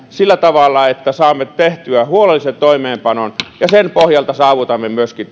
sillä tavalla että saamme tehtyä huolellisen toimeenpanon ja sen pohjalta saavutamme myöskin